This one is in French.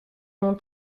mon